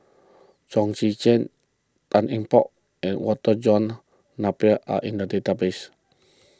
Chong Tze Chien Tan Eng Bock and Walter John Napier are in the database